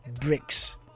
bricks